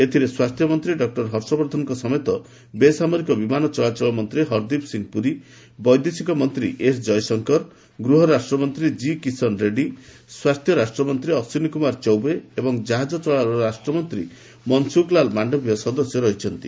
ଏଥିରେ ସ୍ୱାସ୍ଥ୍ୟ ମନ୍ତ୍ରୀ ଡକ୍କର ହର୍ଷବର୍ଦ୍ଧନଙ୍କ ସମେତ ବେସାମରିକ ବିମାନ ଚଳାଚଳ ମନ୍ତ୍ରୀ ହରଦୀପ ସିଂହ ପୁରୀ ବୈଦେଶିକ ମନ୍ତ୍ରୀ ଏସ୍ ଜୟଶଙ୍କର ଗୃହ ରାଷ୍ଟ୍ରମନ୍ତ୍ରୀ କି କିଶନ ରେଡ୍ଡୀ ସ୍ୱାସ୍ଥ୍ୟ ରାଷ୍ଟ୍ରମନ୍ତ୍ରୀ ଅଶ୍ୱିନୀ କୁମାର ଚୌବେ ଏବଂ ଜାହାଜ ଚଳାଚଳ ରାଷ୍ଟ୍ରମନ୍ତ୍ରୀ ମନଶ୍ରଖଲାଲ ମାଣ୍ଡବ୍ୟ ସଦସ୍ୟ ରହିଛନ୍ତି